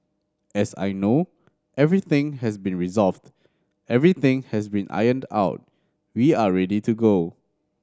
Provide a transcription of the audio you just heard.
as I know everything has been resolved everything has been ironed out we are ready to go